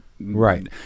Right